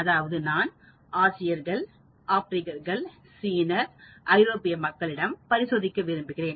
அதாவது நான் ஆசியர்கள் ஆப்பிரிக்கர்கள்சீன ஐரோப்பிய மக்கள் இடம் பரிசோதிக்க விரும்புகிறேன்